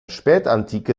spätantike